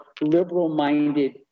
liberal-minded